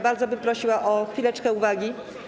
Bardzo bym prosiła o chwileczkę uwagi.